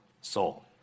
soul